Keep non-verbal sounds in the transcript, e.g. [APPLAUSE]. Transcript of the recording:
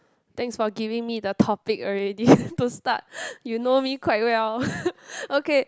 thanks for giving me the topic already [LAUGHS] to start [LAUGHS] you know me quite well [LAUGHS] ok